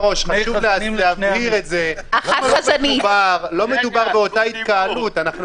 חשוב לומר את זה, בגלל זה הגעתי לכאן.